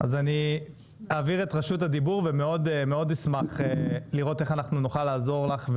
אז אני אעביר את רשות הדיבור ומאוד אשמח לראות איך אנחנו נוכל לעזור לך,